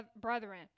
brethren